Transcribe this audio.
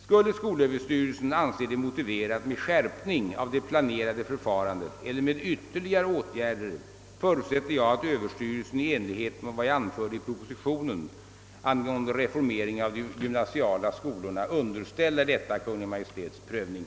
Skulle skolöverstyrelsen anse det motiverat med skärpning av det planerade förfarandet eller med ytterligare åtgärder, förutsätter jag att överstyrelsen i enlighet med vad jag anförde i propositionen angående reformering av de gymnasiala skolorna underställer detta Kungl. Maj:ts prövning.